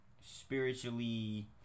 spiritually